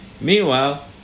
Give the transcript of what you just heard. meanwhile